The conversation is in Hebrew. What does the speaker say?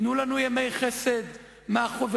תנו לנו ימי חסד מהחובבנות,